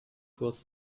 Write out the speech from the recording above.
was